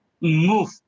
move